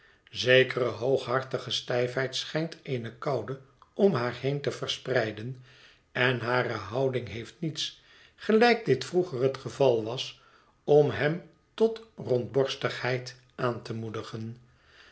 zekere hooghartige stijfheid schijnt eene koude om haar heen te verspreiden en hare houding heeft niets gelijk dit vroeger het geval was om hem tot rondbbrstigheid aan te moedigen